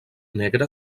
negre